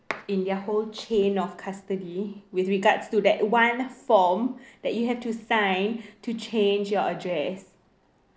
in their whole chain of custody with regards to that one form that you have to sign to change your address